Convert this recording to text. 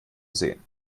sehen